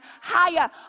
higher